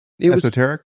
esoteric